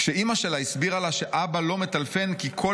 כשאימא שלה הסבירה לה שאבא לא מטלפן כי כל